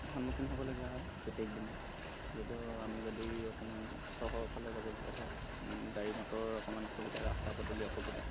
সন্মুখীন হ'বলগীয়া হয় প্ৰত্যেক দিনে যিহেতু আমি যদি অকণমান চহৰৰ ফালে যাবলগীয়া হয় গাড়ী মটৰৰ অকণমান অসুবিধা ৰাস্তা পদূলি অসুবিধা